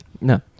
No